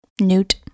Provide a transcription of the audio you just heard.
Newt